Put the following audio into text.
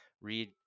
read